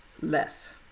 less